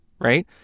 right